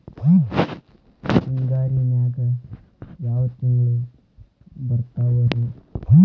ಹಿಂಗಾರಿನ್ಯಾಗ ಯಾವ ತಿಂಗ್ಳು ಬರ್ತಾವ ರಿ?